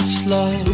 slow